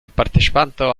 partecipato